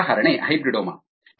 ಅದಕ್ಕೆ ಉದಾಹರಣೆ ಹೈಬ್ರಿಡೋಮಾ